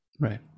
Right